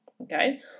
okay